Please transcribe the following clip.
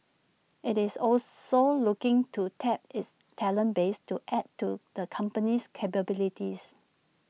IT is also looking to tap its talent base to add to the company's capabilities